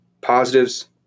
positives